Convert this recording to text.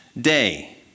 day